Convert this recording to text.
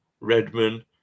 Redmond